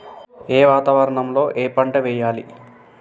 ఏ వాతావరణం లో ఏ పంట వెయ్యాలి?